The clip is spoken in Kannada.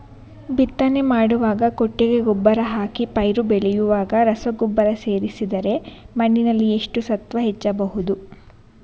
ಬಿತ್ತನೆ ಮಾಡುವಾಗ ಕೊಟ್ಟಿಗೆ ಗೊಬ್ಬರ ಹಾಕಿ ಪೈರು ಬೆಳೆಯುವಾಗ ರಸಗೊಬ್ಬರ ಸೇರಿಸಿದರೆ ಮಣ್ಣಿನಲ್ಲಿ ಎಷ್ಟು ಸತ್ವ ಹೆಚ್ಚಬಹುದು?